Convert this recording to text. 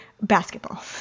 basketball